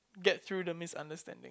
get through the misunderstanding